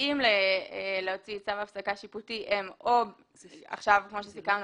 התנאים להוציא צו הפסקה שיפוטי הם - כמו שסיכמנו